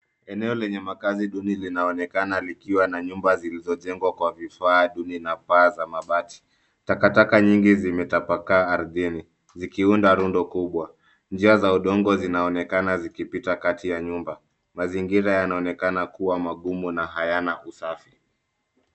Eneo lenye makaazi duni linaonekana likiwa na nyumba zilizojengwa kwa vifaa duni na paa za mabati. Takataka nyingi zimetapakaa ardhini zikiunda rundo kubwa. Njia za udongo zinaonekana zikipita kati ya nyumba. Mazingira yanaonekana kuwa magumu na hayana usafi.